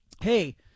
hey